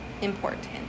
important